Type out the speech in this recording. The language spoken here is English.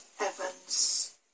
Evans